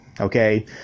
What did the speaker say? Okay